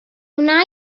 wna